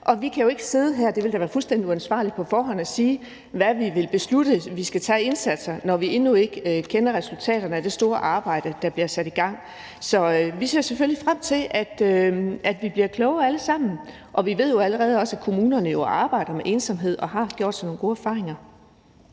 Vi kan jo ikke sidde her – det ville da være fuldstændig uansvarligt – på forhånd og sige, hvad vi vil beslutte, vi skal gøre af indsatser, når vi endnu ikke af kender resultaterne af det store arbejde, der bliver sat i gang. Så vi ser selvfølgelig frem til, at vi bliver klogere alle sammen. Og vi ved jo også, at kommunerne allerede arbejder med ensomhed og har gjort sig nogle gode erfaringer.